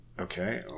okay